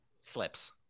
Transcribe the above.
slips